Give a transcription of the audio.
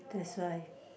that's why